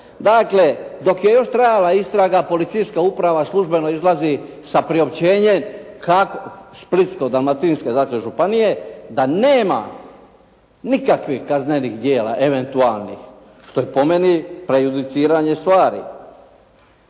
Dakle, dok je još trajala istraga, policijska uprava službeno izlazi sa priopćenjem Splitsko-dalmatinske županije da nema nikakvih kaznenih djela eventualnih, što je po meni prejudiciranje stvari.